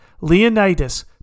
Leonidas